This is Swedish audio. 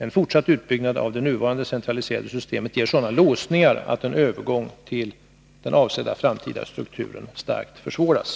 En fortsatt utbyggnad av det nuvarande centraliserade systemet ger sådana låsningar att en övergång till den avsedda framtida strukturen starkt försvåras.